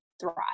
thrive